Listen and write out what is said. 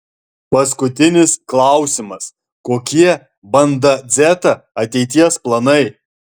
paskutinis klausimas kokie banda dzeta ateities planai